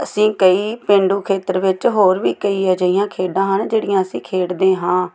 ਅਸੀਂ ਕਈ ਪੇਂਡੂ ਖੇਤਰ ਵਿੱਚ ਹੋਰ ਵੀ ਕਈ ਅਜਿਹੀਆਂ ਖੇਡਾਂ ਹਨ ਜਿਹੜੀਆਂ ਅਸੀਂ ਖੇਡਦੇ ਹਾਂ